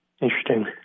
Interesting